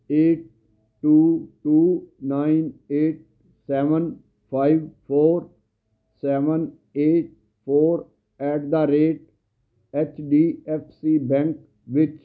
eight two two nine eight seven five four seven eight four at the rate H D F C bank ਵਿੱਚ